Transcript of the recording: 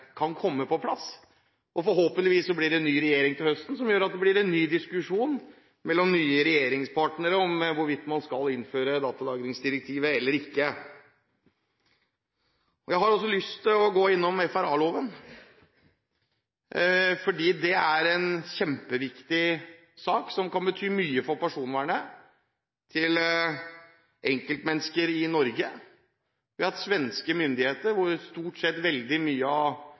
kan komme på plass. Forhåpentligvis blir det ny regjering til høsten som gjør at det blir en ny diskusjon mellom nye regjeringspartnere hvorvidt man skal innføre datalagringsdirektivet eller ikke. Jeg har også lyst til å komme inn på FRA-loven, fordi det er en kjempeviktig sak, som kan bety mye for personvernet til enkeltmennesker i Norge. Veldig mye av tele- og datatrafikken fra Norge rutes gjennom Sverige, og svenske myndigheter,